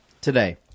today